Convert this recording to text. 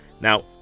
Now